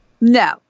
No